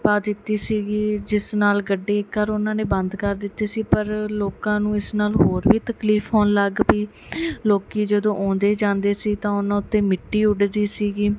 ਪਾ ਦਿੱਤੀ ਸੀਗੀ ਜਿਸ ਨਾਲ ਖੱਡੇ ਕਰ ਉਹਨਾਂ ਨੇ ਬੰਦ ਕਰ ਦਿੱਤੇ ਸੀ ਪਰ ਲੋਕਾਂ ਨੂੰ ਇਸ ਨਾਲ ਹੋਰ ਵੀ ਤਕਲੀਫ ਹੋਣ ਲੱਗ ਪਈ ਲੋਕੀ ਜਦੋਂ ਆਉਂਦੇ ਜਾਂਦੇ ਸੀ ਤਾਂ ਉਹਨਾਂ ਉੱਤੇ ਮਿੱਟੀ ਉੱਡਦੀ ਸੀਗੀ